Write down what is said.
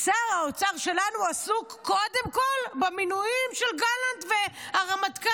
שר האוצר שלנו עסוק קודם כול במינויים של גלנט והרמטכ"ל.